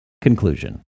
Conclusion